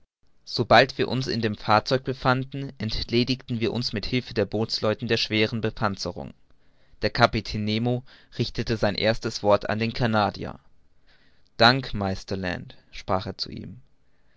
sobald wir uns in dem fahrzeug befanden entledigten wir uns mit hilfe der bootsleute der schweren bepanzerung der kapitän nemo richtete sein erstes wort an den canadier dank meister land sprach er zu ihm